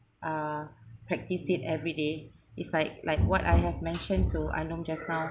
uh practice it every day it's like like what I have mentioned to ah long just now